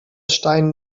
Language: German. stein